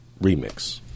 remix